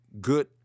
good